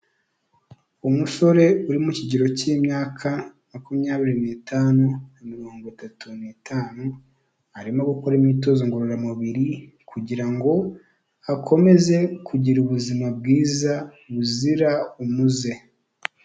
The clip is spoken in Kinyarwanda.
Umusore uri mu kigero cy'imyaka makumyabiri n'itanu na mirongo itatu n'itanu arimo gukora imyitozo ngororamubiri, kugira ngo akomeze kugira ubuzima bwiza buzira umuze.